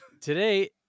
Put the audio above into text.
Today